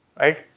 right